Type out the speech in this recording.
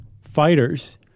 fighters